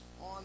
on